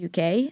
UK